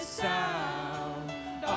sound